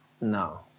no